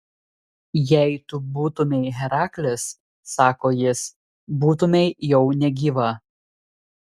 jei tu būtumei heraklis sako jis būtumei jau negyva